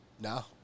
No